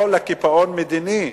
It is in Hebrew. או לקיפאון מדיני,